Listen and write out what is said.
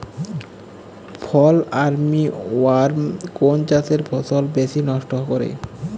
ফল armyworm কোন চাষের ফসল বেশি নষ্ট করে?